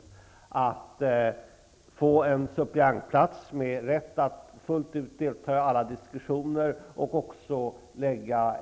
Man har alltså rätt till en suppleantplats och kan fullt ut delta i alla diskussioner och få